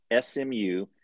SMU